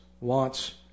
Wants